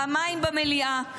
פעמיים במליאה.